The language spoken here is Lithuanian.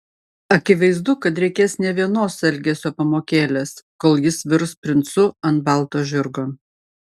akivaizdu kad reikės ne vienos elgesio pamokėlės kol jis virs princu ant balo žirgo